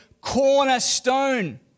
cornerstone